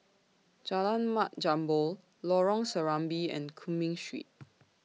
Jalan Mat Jambol Lorong Serambi and Cumming Street